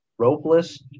ropeless